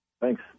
thanks